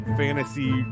fantasy